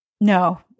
No